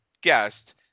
guest